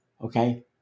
okay